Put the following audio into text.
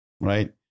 Right